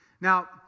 Now